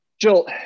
Jill